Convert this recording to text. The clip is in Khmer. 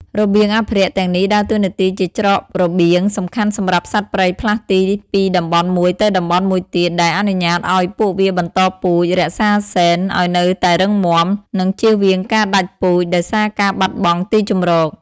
របៀងអភិរក្សទាំងនេះដើរតួនាទីជាច្រករបៀងសំខាន់សម្រាប់សត្វព្រៃផ្លាស់ទីពីតំបន់មួយទៅតំបន់មួយទៀត ដែលអនុញ្ញាតឱ្យពួកវាបន្តពូជ រក្សាហ្សែនឱ្យនៅតែរឹងមាំ និងជៀសវាងការដាច់ពូជដោយសារការបាត់បង់ទីជម្រក។